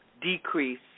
decrease